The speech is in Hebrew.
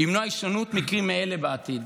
למנוע הישנות מקרים כאלה בעתיד.